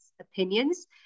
opinions